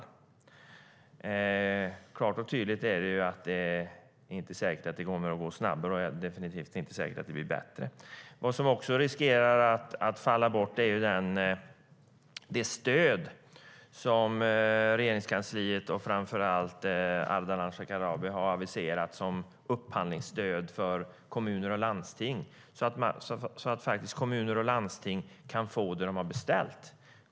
Det är klart och tydligt att det inte är säkert att det kommer att gå snabbare, och det är definitivt inte säkert att det blir bättre. Vad som också riskerar att falla bort är det stöd som Regeringskansliet, och framför allt Ardalan Shekarabi, har aviserat som upphandlingsstöd för kommuner och landsting, så att kommuner och landsting kan få det de har beställt.